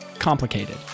complicated